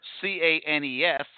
C-A-N-E-S